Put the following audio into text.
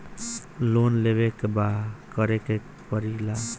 Loan लेबे ला का करे के पड़े ला?